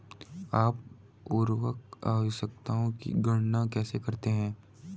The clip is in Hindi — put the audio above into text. आप उर्वरक आवश्यकताओं की गणना कैसे करते हैं?